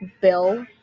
bill